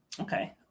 Okay